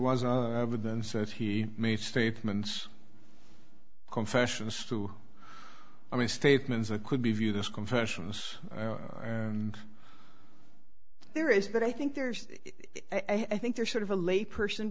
was evidence that he made statements confessions to i mean statements that could be viewed as confessions and there is but i think there's i think there's sort of a lay person